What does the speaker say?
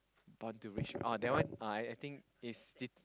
born to rich oh that one I I think is